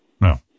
No